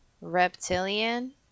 reptilian